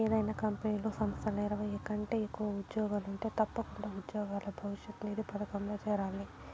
ఏదైనా కంపెనీలు, సంస్థల్ల ఇరవై కంటే ఎక్కువగా ఉజ్జోగులుంటే తప్పకుండా ఉజ్జోగుల భవిష్యతు నిధి పదకంల చేరాలి